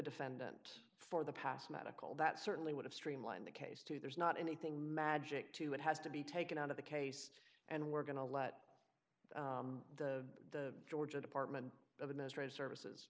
defendant for the past medical that certainly would have streamlined the case to there's not anything magic to it has to be taken out of the case and we're going to let the georgia department of administrative services